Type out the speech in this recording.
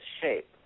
shape